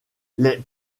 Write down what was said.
les